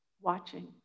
watching